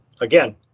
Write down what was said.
again